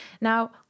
Now